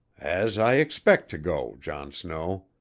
as i expect to go, john snow.